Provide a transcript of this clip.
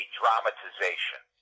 dramatization